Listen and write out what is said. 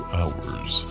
hours